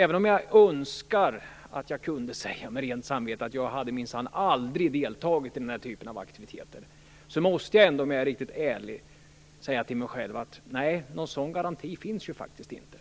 Även om jag önskar att jag kunde säga med rent samvete att jag minsann aldrig skulle ha deltagit i den här typen av aktiviteter måste jag ändå, om jag är riktigt ärlig, säga till mig själv att någon sådan garanti faktiskt inte